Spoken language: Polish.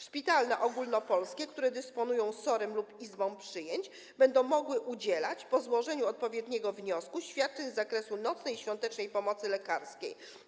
Szpitale ogólnopolskie, które dysponują oddziałem SOR lub izbą przyjęć, będą mogły udzielać, po złożeniu odpowiedniego wniosku, świadczeń z zakresu nocnej i świątecznej pomocy lekarskiej.